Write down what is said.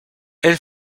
elle